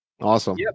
Awesome